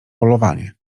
polowanie